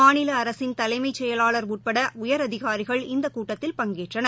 மாநிலஅரசின் தலைமைச் செயலாளர் உட்படஉயரதிகாரிகள் இந்தகூட்டத்தில் பங்கேற்றனர்